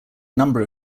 number